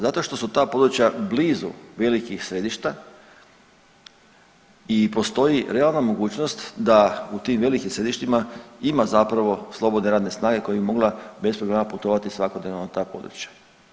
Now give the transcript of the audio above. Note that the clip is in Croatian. Zato što su ta područja blizu velikih središta i postoji realna mogućnost da u tim velikim središtima ima zapravo slobodne radne snage koja bi mogla bez problema putovati svakodnevno na ta područja.